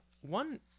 One